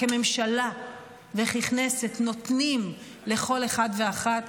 כממשלה וככנסת נותנים לכל אחד ואחת,